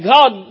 God